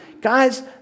Guys